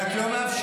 ואת לא מאפשרת.